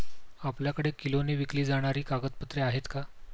आपल्याकडे किलोने विकली जाणारी कागदपत्रे आहेत का?